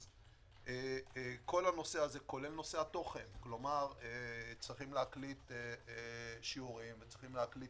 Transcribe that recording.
אז כל הנושא הזה כולל נושא התוכן צריכים להקליט שיעורים וצריכים להקליט